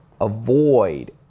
Avoid